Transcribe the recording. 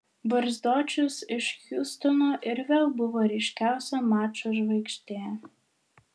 barzdočius iš hjustono ir vėl buvo ryškiausia mačo žvaigždė